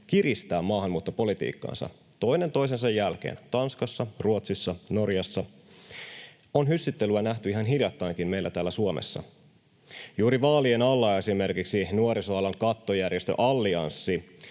kiristää maahanmuuttopolitiikkaansa — toinen toisensa jälkeen, Tanskassa, Ruotsissa, Norjassa —, on hyssyttelyä nähty ihan hiljattainkin meillä täällä Suomessa. Juuri vaalien alla esimerkiksi nuorisoalan kattojärjestö Allianssi,